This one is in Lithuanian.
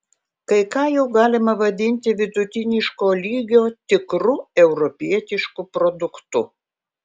kai ką jau galima vadinti vidutiniško lygio tikru europietišku produktu